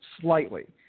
slightly